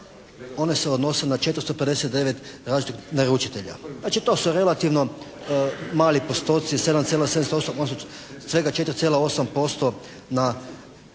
one se odnose na 459 različitih naručitelja. Znači to su relativno mali postoci, 7,78, svega 4,8% na